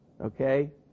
okay